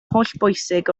hollbwysig